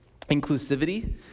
Inclusivity